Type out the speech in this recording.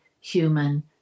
human